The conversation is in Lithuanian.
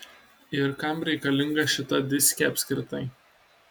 ir kam reikalinga šita diskė apskritai